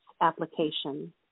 application